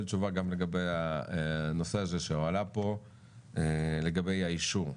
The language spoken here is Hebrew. תשובה לגבי הנושא שהועלה פה לגבי האישור.